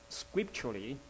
scripturally